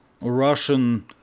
Russian